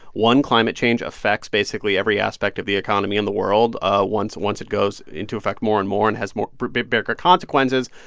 one, climate change affects basically every aspect of the economy in the world ah once once it goes into effect more and more and has more bigger consequences.